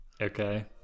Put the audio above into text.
Okay